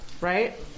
right